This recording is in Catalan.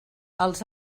els